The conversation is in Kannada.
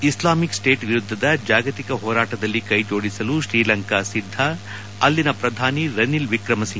ಇಸ್ಲಾಮಿಕ್ ಸ್ಸೇಟ್ ವಿರುದ್ದದ ಜಾಗತಿಕ ಹೋರಾಟದಲ್ಲಿ ಕೈಜೋಡಿಸಲು ಶ್ರೀಲಂಕಾ ಸಿದ್ದ ಅಲ್ಲಿನ ಪ್ರಧಾನಿ ರನಿಲ್ ವಿಕ್ರಮ ಸಿಂಫಿ